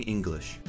English